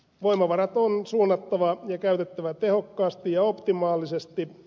voimavarat on suunnattava ja käytettävä tehokkaasti ja optimaalisesti